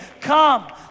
come